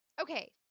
Okay